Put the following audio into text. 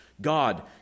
God